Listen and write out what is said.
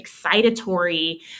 excitatory